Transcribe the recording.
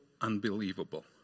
unbelievable